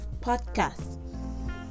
Podcast